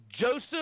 Joseph